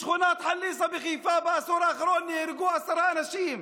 בשכונת חליסה בחיפה בעשור האחרון נהרגו עשרה אנשים,